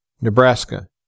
Nebraska